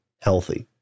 healthy